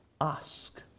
ask